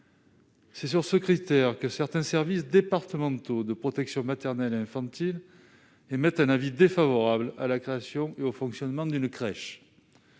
C'est sur ce critère que certains services départementaux de protection maternelle et infantile émettent un avis défavorable à la création et au fonctionnement d'une crèche.